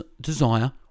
desire